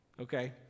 Okay